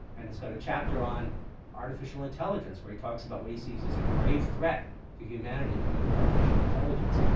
and it's got a chapter on artificial intelligence where he talks about what he sees as a grave threat to humanity, coming from artificial intelligence.